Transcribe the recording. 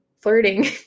flirting